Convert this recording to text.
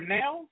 now